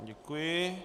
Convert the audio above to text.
Děkuji.